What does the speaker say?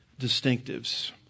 distinctives